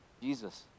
Jesus